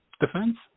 defense